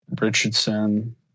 Richardson